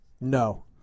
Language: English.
No